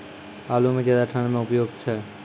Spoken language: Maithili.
आलू म ज्यादा ठंड म उपयुक्त छै?